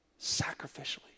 sacrificially